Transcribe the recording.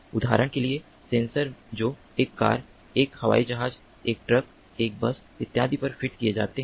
उदाहरण के लिए सेंसर जो एक कार एक हवाई जहाज एक ट्रक एक बस इत्यादि पर फिट किए जाते हैं